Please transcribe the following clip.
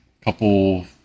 couple